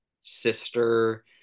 sister